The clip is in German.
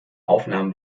aufnahmen